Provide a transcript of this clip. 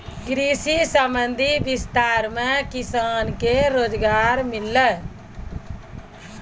कृषि संबंधी विस्तार मे किसान के रोजगार मिल्लै